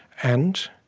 and,